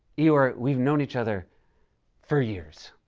eeyore, we've known each other for years.